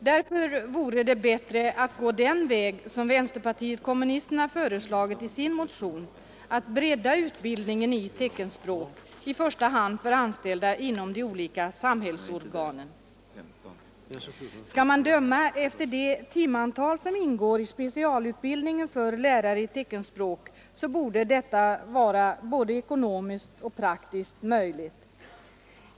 Därför vore det bättre att gå den väg som vänsterpartiet kommunisterna föreslagit i sin motion, nämligen att bredda utbildningen i teckenspråk i första hand för anställda inom de olika samhällsorganen. Skall man döma efter det timantal som ingår i specialutbildningen för lärare i teckenspråk borde detta vara både ekonomiskt och praktiskt möjligt.